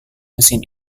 mesin